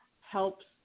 helps